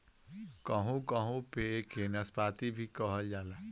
कहू कहू पे एके नाशपाती भी कहल जाला